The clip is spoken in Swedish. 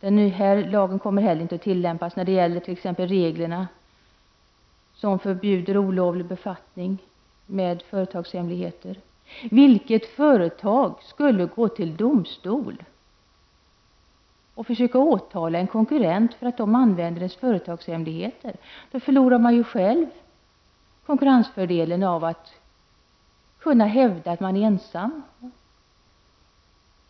Den här nya lagen kommer heller inte att tillämpas när det t.ex. gäller reglerna som förbjuder olovlig befattning med företagshemlighet. Vilket företag skulle gå till domstol och försöka åtala en konkurrent för att den använder företagets hemligheter? Då förlorar man själv konkurrensfördelen av att kunna hävda att man är ensam